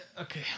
okay